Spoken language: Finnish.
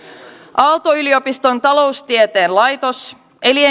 aalto yliopiston taloustieteen laitos